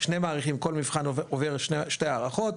שני מעריכים כל מבחן עובר שתי הערכות,